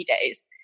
days